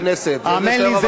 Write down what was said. יושב-ראש ועדת הכנסת --- האמן לי,